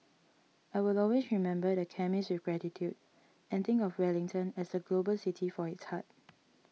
I will always remember the chemist with gratitude and think of Wellington as a global city for its heart